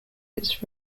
its